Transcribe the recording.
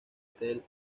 tel